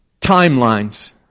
timelines